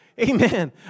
Amen